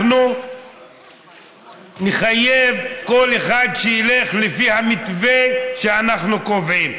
אנחנו נחייב כל אחד שילך לפי המתווה שאנחנו קובעים,